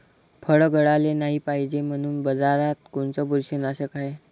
फळं गळाले नाही पायजे म्हनून बाजारात कोनचं बुरशीनाशक हाय?